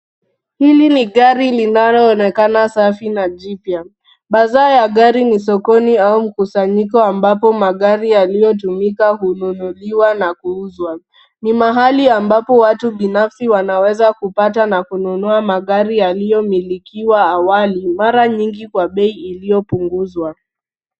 Hili ni gari linaonekana safi na jipya, bazaa ya gari ni sokoni au mkusanyiko ambapo magari yaliyotumika hununuliwa na kuuzwa, ni mahali ambapo watu binafsi wanaweza kupata na kununua magari yaliyomilikiwa awali mara nyingi kwa bei iliyopunguzwa.